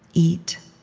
eat.